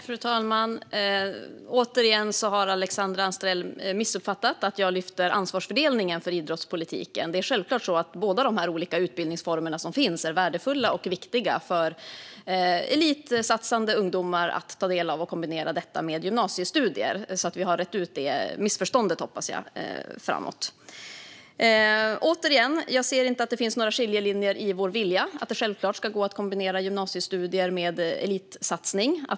Fru talman! Återigen har Alexandra Anstrell missuppfattat att jag lyfter fram ansvarsfördelningen för idrottspolitiken. Det är självklart att båda utbildningsformerna är värdefulla och viktiga för elitsatsande ungdomar att kunna ta del av och kombinera med gymnasiestudier. Jag hoppas att jag har rett ut det missförståndet. Jag ser inte att det finns någon skiljelinje i vår vilja att det självklart ska gå att kombinera gymnasiestudier med elitsatsning.